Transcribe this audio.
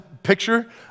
picture